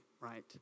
right